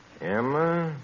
Emma